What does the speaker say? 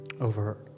over